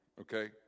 okay